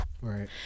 Right